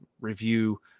review